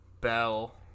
Bell